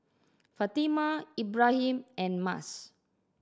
Fatimah Ibrahim and Mas